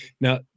Now